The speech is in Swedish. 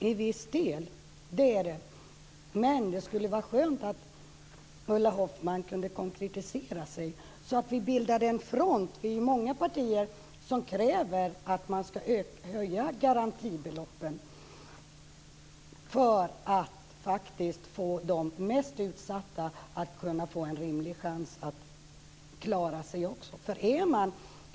Fru talman! Ja, det är det till viss del. Men det skulle vara skönt om Ulla Hoffmann kunde konkretisera sig, så att vi bildade en front. Vi är många partier som kräver att man ska höja garantibeloppen för att faktiskt ge de mest utsatta en rimlig chans att klara sig.